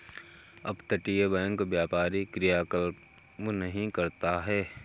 अपतटीय बैंक व्यापारी क्रियाकलाप नहीं करता है